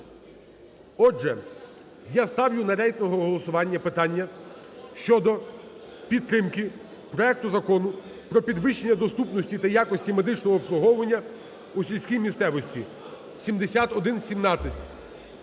Отже, я ставлю на рейтингове голосування питання щодо підтримки проекту Закону про підвищення доступності та якості медичного обслуговування у сільській місцевості (7117)